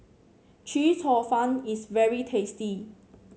Chee Cheong Fun is very tasty